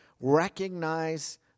recognize